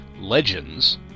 legends